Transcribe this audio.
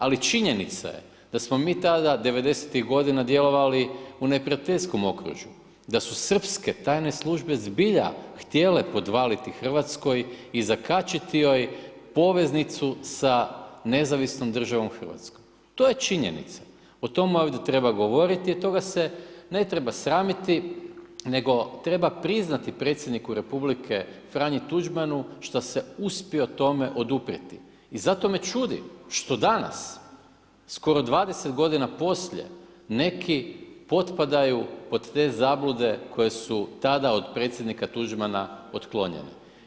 Ali činjenica je da smo mi tada 90.-tih godina djelovali u neprijateljskom okružju, da su srpske tajne službe zbilja htjele podvaliti RH i zakačiti joj poveznicu sa nezavisnom državom RH, to je činjenica, o tome ovdje treba govoriti jer toga se ne treba sramiti, nego treba priznati predsjedniku Republike Franji Tuđmanu šta se uspio tome oduprijeti i zato me čudi što danas, skoro 20 godina poslije, neki potpadaju pod te zablude koje su tada od predsjednika Tuđmana otklonjene.